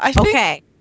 Okay